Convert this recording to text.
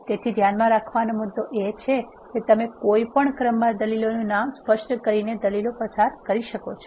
તેથી ધ્યાનમાં રાખવાનો મુદ્દો એ છે કે તમે કોઈ પણ ક્રમમાં દલીલોનું નામ સ્પષ્ટ કરીને દલીલો પસાર કરી શકો છો